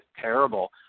terrible